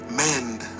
mend